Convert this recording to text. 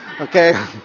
okay